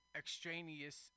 extraneous